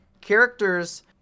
characters